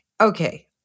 okay